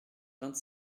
vingt